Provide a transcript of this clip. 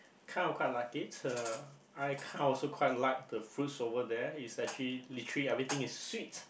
kind of kind of like it uh I kind of also quite like the fruits over there it's actually everything is sweet